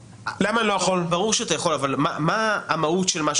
ברור שאתה יכול, אבל מה המהות של זה?